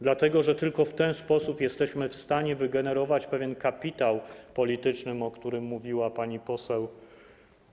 Dlatego, że tylko w ten sposób jesteśmy w stanie wygenerować pewien kapitał polityczny, o którym mówiła pani poseł Kidawa-Błońska.